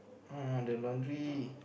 oh the laundry